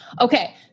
Okay